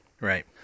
right